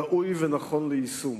ראוי ונכון ליישום.